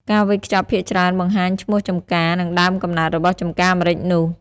ការវេចខ្ចប់ភាគច្រើនបង្ហាញឈ្មោះចម្ការ និងដើមកំណើតរបស់ចម្ការម្រេចនោះ។